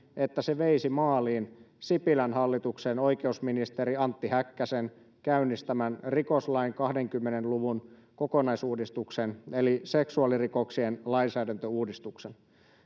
että se veisi maaliin sipilän hallituksen oikeusministeri antti häkkäsen käynnistämän rikoslain kahdenkymmenen luvun kokonaisuudistuksen eli seksuaalirikoksien lainsäädäntöuudistuksen